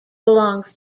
belongs